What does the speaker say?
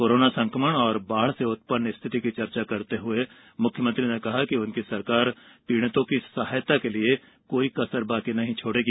corona संकमण और बाढ़ से उत्पन्न स्थिति की चर्चा करते हुए मुख्यमंत्री ने कहा कि उनकी सरकार पीड़ितों की सहायता के लिए कोई कसर नहीं छोड़ेगी